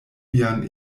vian